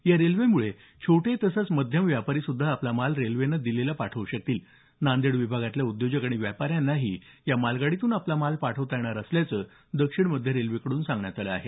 या रेल्वेमुळे छोटे तसंच मध्यम व्यापारी सुद्धा आपला माल रेल्वेनं दिल्लीला पाठवू शकतील नांदेड विभागातल्या उद्योजक आणि व्यापाऱ्यांनाही या मालगाडीतून आपला माल पाठवता येणार असल्याचं दक्षिण मध्य रेल्वेकडून सांगण्यात आलं आहे